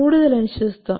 കൂടുതൽ അനിശ്ചിതത്വം